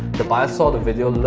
the buyer saw the video,